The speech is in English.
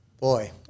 Boy